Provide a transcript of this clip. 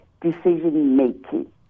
decision-making